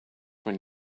when